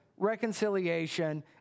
Reconciliation